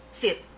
sit